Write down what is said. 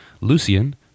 lucian